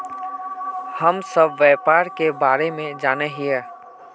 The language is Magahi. हम सब व्यापार के बारे जाने हिये?